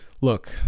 Look